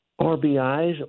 RBIs